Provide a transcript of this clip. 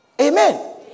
Amen